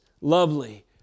lovely